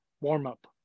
warm-up